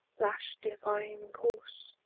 lash-defying course.